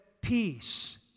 peace